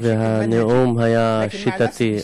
והנאום היה שיטתי,